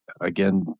again